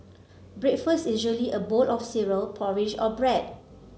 breakfast usually a bowl of cereal porridge or bread